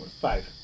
Five